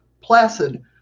placid